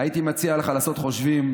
הייתי מציע לך לעשות חושבים,